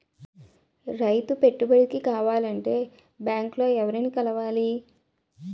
రైతు పెట్టుబడికి కావాలంటే బ్యాంక్ లో ఎవరిని కలవాలి?